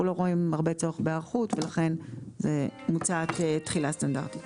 אנחנו לא רואים הרבה צורך בהיערכות ולכן מוצעת תחילה סטנדרטית.